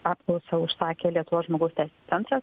apklausą užsakė lietuvos žmogaus teisių centras